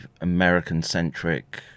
american-centric